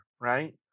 right